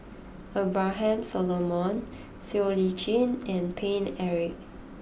Abraham Solomon Siow Lee Chin and Paine Eric